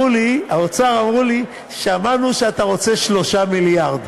והאוצר אמרו לי: שמענו שאתה רוצה 3 מיליארד.